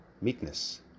meekness